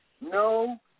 no